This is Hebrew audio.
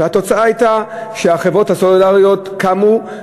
והתוצאה הייתה שהחברות הסלולריות קמו,